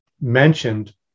mentioned